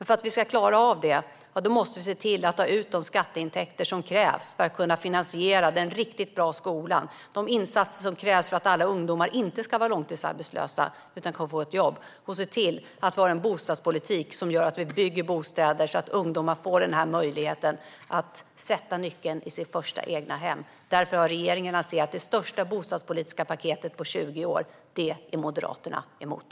För att vi ska klara av det måste vi se till att ta ut de skatteintäkter som krävs för att kunna finansiera den riktigt bra skola och de insatser som behövs för att alla ungdomar inte ska vara långtidsarbetslösa utan kunna få ett jobb och för att vi ska kunna ha en bostadspolitik som gör att vi bygger bostäder så att ungdomar får möjligheten att sätta nyckeln i dörren till sitt första egna hem. Därför har regeringen lanserat det största bostadspolitiska paketet på 20 år. Det är Moderaterna emot.